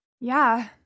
Yeah